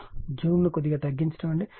జూమ్ను కొద్దిగా తగ్గించుకోనివ్వండి